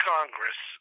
Congress